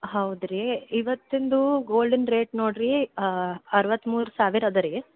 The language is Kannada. ಹೌದು ರೀ ಇವತ್ತಿಂದು ಗೋಲ್ಡಿಂದು ರೇಟ್ ನೋಡಿರಿ ಅರ್ವತ್ತು ಮೂರು ಸಾವಿರ ಅದೆ ರೀ